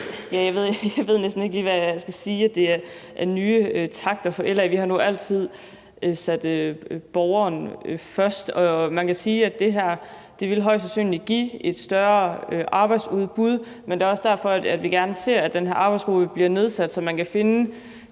Jeg ved næsten ikke, hvad jeg skal sige til det med, at det er nye takter fra LA's side. Vi har nu altid sat borgeren først, og man kan sige, at det her højst sandsynligt vil give et større arbejdsudbud. Men det er også derfor, vi gerne ser, at den her arbejdsgruppe bliver nedsat, så man kan finde